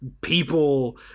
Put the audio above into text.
people